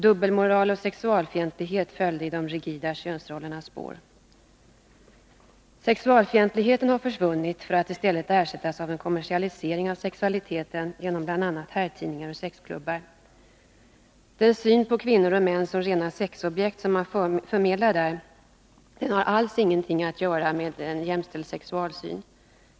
Dubbelmoral och sexualfientlighet följde i de rigida könsrollernas spår. Sexualfientligheten har försvunnit för att i stället ersättas av en kommersialisering av sexualiteten genom bl.a. herrtidningar och sexklubbar. Den syn på kvinnor och män som rena sexobjekt, som man förmedlar där, har alls ingenting att göra med en jämställd sexualsyn.